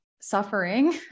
suffering